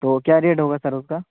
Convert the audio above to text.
تو کیا ریٹ ہوگا سر اس کا